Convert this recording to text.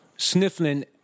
sniffling